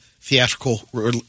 theatrical